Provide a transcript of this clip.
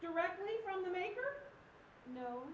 you know